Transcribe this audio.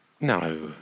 No